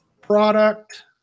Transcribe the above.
product